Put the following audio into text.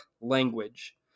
language